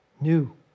new